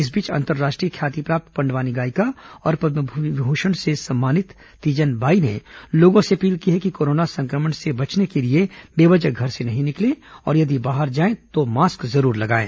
इस बीच अंतर्राष्ट्रीय ख्याति प्राप्त पंडवानी गायिका और पदम विभूषण से सम्मानित तीजन बाई ने लोगों से अपील की है कि कोरोना संक्रमण से बचने के लिए बेवजह घर से नहीं निकले और यदि बाहर जाए को मास्क जरूर लगाएं